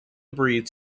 breathe